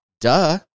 duh